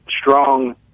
strong